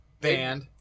Band